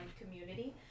community